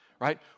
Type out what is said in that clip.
right